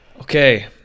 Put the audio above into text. Okay